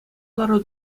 лару